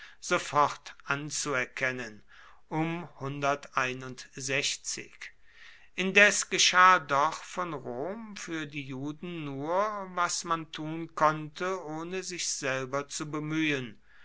sofort anzuerkennen indes geschah doch von rom für die juden nur was man tun konnte ohne sich selber zu bemühen